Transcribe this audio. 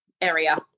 area